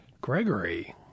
Gregory